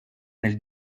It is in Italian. nel